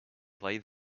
play